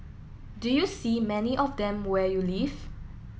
do you see many of them where you live